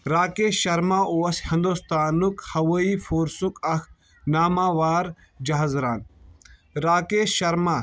راکیش شرما اوس ہندُستانُک ہوایی فورسُک اکھ ناماوار جہاز ران راکیش شرما